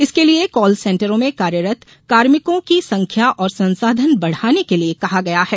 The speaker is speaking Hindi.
इसके लिए काल सेन्टरों में कार्यरत कार्मिकों की संख्या और संसाधन बढ़ाने के लिए कहा गया है